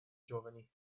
giovani